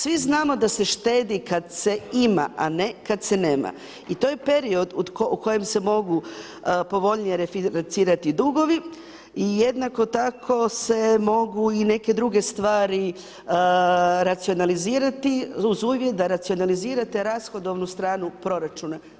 Svi znamo da se štedi kad se ima, a ne kad se nema, i to je period u kojem se mogu povoljnije refinancirati dugovi i jednako tako se mogu i neke druge stvari racionalizirati uz uvjet da racionalizirate rashodovnu stranu proračuna.